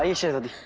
ah shattered.